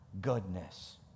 goodness